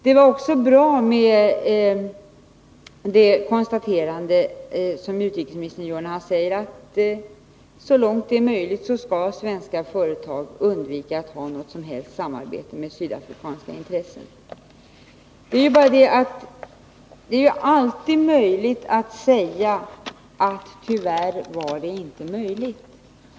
Det var också bra med utrikesministerns konstaterande att svenska företag så långt det är möjligt skall undvika att ha något som helst samarbete med sydafrikanska intressen. Det är bara så, att det alltid går att säga att det och det tyvärr inte var möjligt.